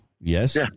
Yes